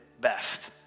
best